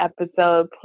episode